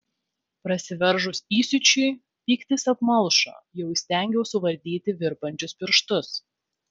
prasiveržus įsiūčiui pyktis apmalšo jau įstengiau suvaldyti virpančius pirštus